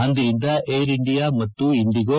ಅಂದಿನಿಂದ Air India ಮತ್ತು IndiGo